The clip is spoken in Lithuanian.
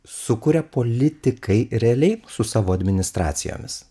sukuria politikai realiai su savo administracijomis